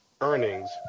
earnings